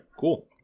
cool